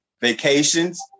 vacations